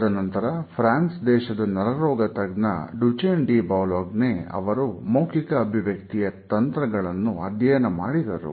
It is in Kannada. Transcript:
ತದನಂತರ ಫ್ರಾನ್ಸ್ ದೇಶದ ನರರೋಗ ತಜ್ಞ ಡುಚೆನ್ ಡಿ ಬೌಲೋಗ್ನೆ ಅವರು ಮೌಖಿಕ ಅಭಿವ್ಯಕ್ತಿಯ ತಂತ್ರಗಳನ್ನು ಅಧ್ಯಯನ ಮಾಡಿದರು